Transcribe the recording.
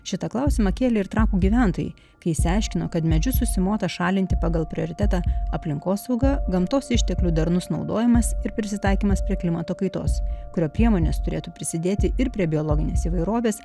šitą klausimą kėlė ir trakų gyventojai kai išsiaiškino kad medžius užsimota šalinti pagal prioritetą aplinkosauga gamtos išteklių darnus naudojimas ir prisitaikymas prie klimato kaitos kurio priemonės turėtų prisidėti ir prie biologinės įvairovės